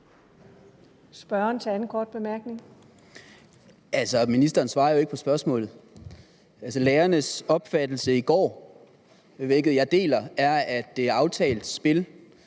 Ministeren svarer jo ikke på spørgsmålet. Lærernes opfattelse i går, hvilken jeg deler, er, at det er aftalt spil.